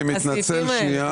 אני מתנצל שניה,